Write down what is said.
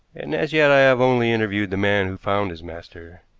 and as yet i have only interviewed the man who found his master.